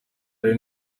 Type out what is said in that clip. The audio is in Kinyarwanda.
hari